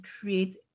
create